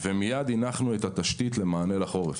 ומיד הנחנו את התשתית למענה לחורף.